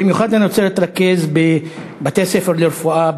במיוחד אני רוצה להתרכז בבתי-הספר לרפואה,